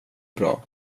bra